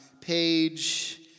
Page